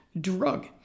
drug